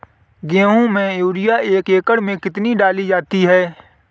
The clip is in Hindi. गेहूँ में यूरिया एक एकड़ में कितनी डाली जाती है?